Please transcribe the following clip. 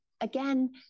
again